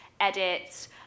edit